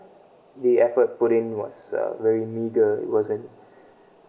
the effort put in was uh very meagre it wasn't